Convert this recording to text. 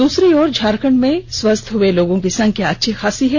दूसरी ओर झारखंड में स्वस्थ हुये लोगों की संख्या अच्छी खासी है